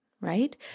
Right